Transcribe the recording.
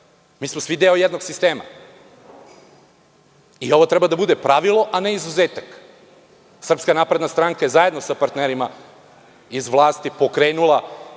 Mi smo svi deo jednog sistema i ovo treba da bude pravilo, a ne izuzetak. Srpska napredna stranka je zajedno sa partnerima iz vlasti pokrenula